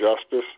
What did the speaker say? justice